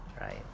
right